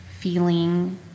feeling